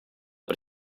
per